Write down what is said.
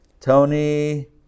Tony